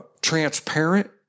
transparent